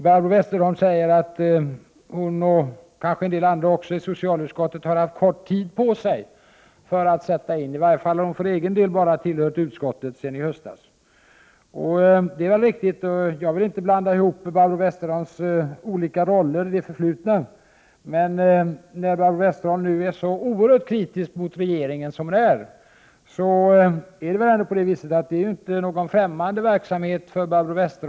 Barbro Westerholm säger att hon — och kanske några andra i socialutskottet — har haft kort tid på sig för att sätta sig in i frågorna. För egen del har hon bara tilhört utskottet sedan i höstas. Det är riktigt. Jag vill inte blanda ihop Barbro Westerholms olika roller i det förflutna, men när Barbro Westerholm är så oerhört kritisk mot regeringen, är detta inte någon främmande verksamhet för henne.